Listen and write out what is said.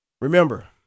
Remember